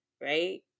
right